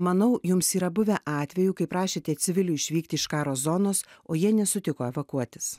manau jums yra buvę atvejų kai prašėte civilių išvykti iš karo zonos o jie nesutiko evakuotis